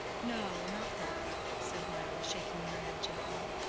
no, not that, said mirah, shaking her head gently.